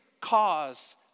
cause